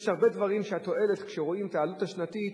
יש הרבה דברים שהתועלת בהם היא כשרואים את העלות השנתית,